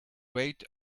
rate